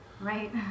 Right